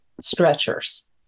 stretchers